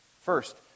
First